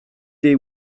des